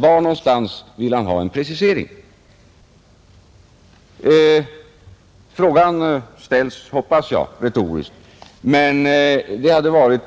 Var vill han ha en precisering? Frågan ställs, hoppas jag, retoriskt, men det hade varit